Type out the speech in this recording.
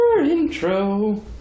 Intro